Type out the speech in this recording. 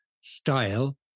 style